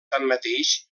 tanmateix